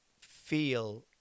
feel